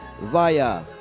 via